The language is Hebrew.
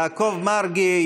יעקב מרגי,